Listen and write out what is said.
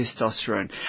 testosterone